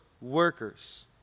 workers